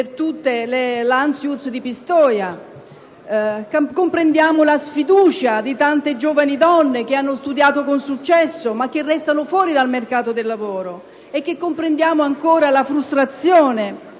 caso dell'Answers di Pistoia. Comprendiamo la sfiducia di tante giovani donne che hanno studiato con successo, ma che restano fuori dal mercato del lavoro. E ancora, comprendiamo la frustrazione